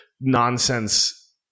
nonsense